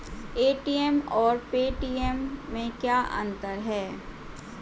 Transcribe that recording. ATM और Paytm में क्या अंतर है?